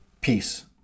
Peace